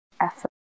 effort